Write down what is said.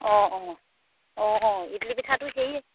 অঁ অঁ অঁ ইডলি পিঠাটো হেৰি